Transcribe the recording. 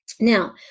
Now